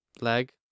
leg